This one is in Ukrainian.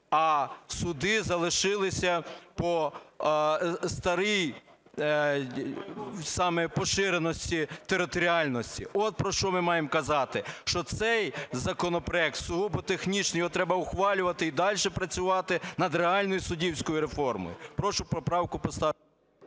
а суди залишилися по старій саме поширеності, територіальності – от про що ми маємо казати, що цей законопроект сугубо технічний. Його треба ухвалювати і дальше працювати над реальною суддівською реформою. Прошу поправку поставити…